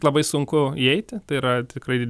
labai sunku įeiti tai yra tikrai